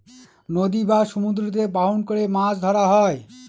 নদী বা সমুদ্রতে বাহন করে মাছ ধরা হয়